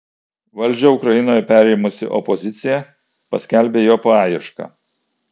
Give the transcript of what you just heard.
valdžią ukrainoje perėmusi opozicija paskelbė jo paiešką